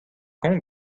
kont